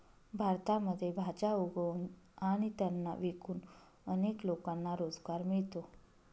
भारतामध्ये भाज्या उगवून आणि त्यांना विकून अनेक लोकांना रोजगार मिळतो